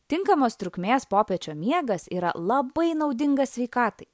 tinkamos trukmės popiečio miegas yra labai naudingas sveikatai